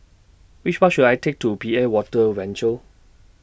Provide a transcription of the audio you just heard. Which Bus should I Take to P A Water Venture